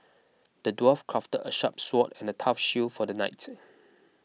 the dwarf crafted a sharp sword and a tough shield for the knight